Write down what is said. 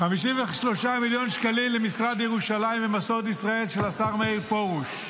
53 מיליון שקלים למשרד ירושלים ומסורת ישראל של השר מאיר פרוש,